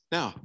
Now